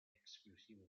exclusivo